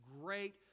great